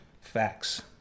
facts